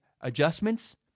adjustments